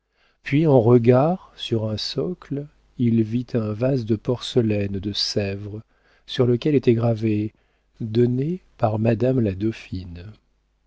puis en regard sur un socle il vit un vase de porcelaine de sèvres sur lequel était gravé donné par madame la dauphine